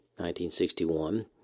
1961